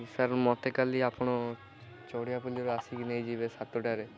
sir ମୋତେ କାଲି ଆପଣ ଚଢ଼ିଆ ପାଲିରୁ ଆସିକି ନେଇଯିବେ ସାତଟାରେ